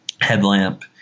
headlamp